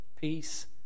peace